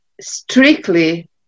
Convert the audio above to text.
strictly